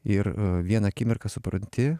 ir vieną akimirką supranti